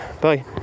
Bye